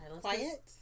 quiet